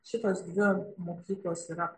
šitos dvi mokyklos yra